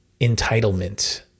entitlement